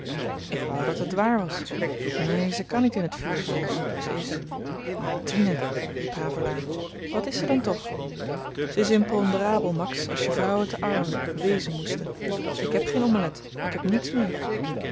ik wou dat het waar was neen ze kan niet in t vuur vallen ze is maar tine riep havelaar wat is ze dan toch ze is imponderabel max als je vrouwen te arles wezen moesten ik heb geen omelet ik heb niets meer